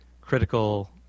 critical